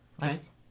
nice